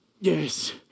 Yes